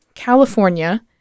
California